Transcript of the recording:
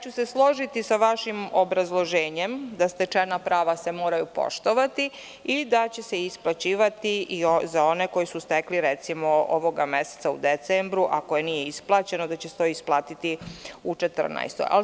Složiću se sa vašim obrazloženjem da stečena prava se moraju poštovati, i da će se isplaćivati za one koji su stekli, recimo ovoga meseca u decembru, a koje nije isplaćeno, da će se to isplaćivati u 2014. godini.